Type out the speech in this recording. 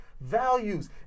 values